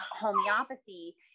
homeopathy